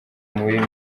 muri